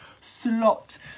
slot